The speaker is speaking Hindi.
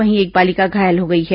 वहीं एक बालिका घायल हो गई है